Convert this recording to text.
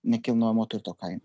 nekilnojamo turto kainų